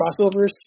crossovers